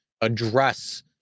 address